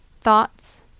thoughts